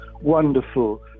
wonderful